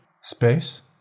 space